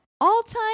all-time